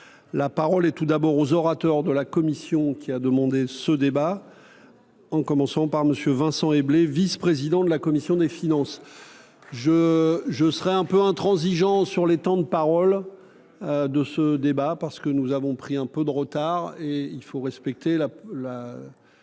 la parole et tout d'abord aux orateurs de la commission qui a demandé ce débat en commençant par monsieur Vincent Eblé, vice-président de la commission des finances. Je serai un peu intransigeant sur les temps de parole de ce débat parce que nous avons pris un peu de retard et il faut respecter la